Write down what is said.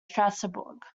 strasbourg